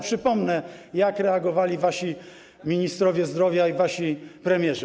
Przypomnę, jak reagowali wasi ministrowie zdrowia i wasi premierzy.